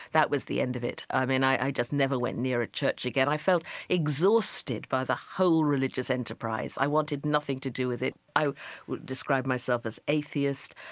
that was the end of it. i mean, i just never went near a church again. i felt exhausted by the whole religious enterprise. i wanted nothing to do with it. i described myself as atheist.